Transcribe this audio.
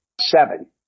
seven